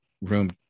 room